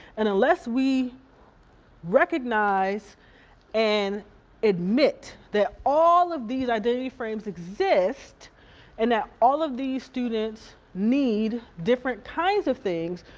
and unless we recognize and admit that all of these identity frames exist and that all of these students need different kinds of things,